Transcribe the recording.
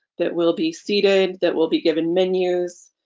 that we'll be seated. that will be given menus,